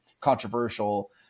controversial